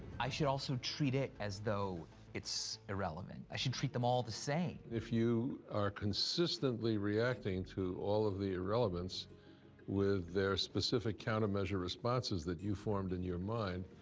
i should also treat it as though it's irrelevant. i should treat them all the same. if you are consistently reacting to all of the irrelevance with their specific countermeasure responses that you formed in your mind,